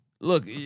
Look